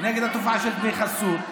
נגד התופעה של דמי חסות,